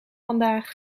vandaag